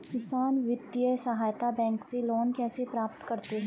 किसान वित्तीय सहायता बैंक से लोंन कैसे प्राप्त करते हैं?